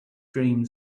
dream